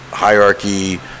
Hierarchy